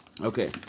Okay